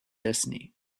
destiny